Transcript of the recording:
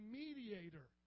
mediator